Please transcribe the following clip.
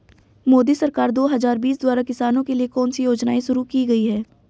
मोदी सरकार दो हज़ार बीस द्वारा किसानों के लिए कौन सी योजनाएं शुरू की गई हैं?